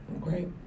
great